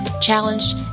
challenged